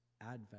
Advent